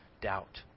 doubt